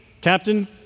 Captain